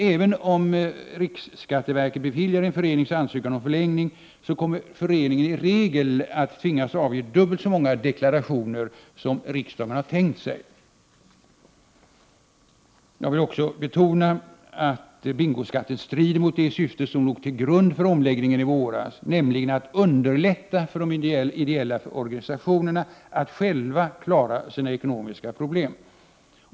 Även om riksskatteverket beviljar en förenings ansökan om förlängning, kommer föreningen i regel att tvingas avge dubbelt så många deklarationer som riksdagen tänkt sig. Jag vill också betona att bingoskatten strider mot det syfte som låg till grund för omläggningen i våras, nämligen att underlätta för de ideella organisationerna att själva klara sina ekonomiska problem.